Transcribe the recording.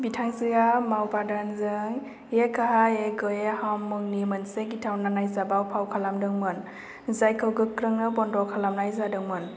बिथांजोआ माधवनजों ये कहां आ गए हम मुंनि मोनसे गिथावना नायजाबाव फाव खालामदोंमोन जायखौ गोख्रैनो बन्द' खालामनाय जादोंमोन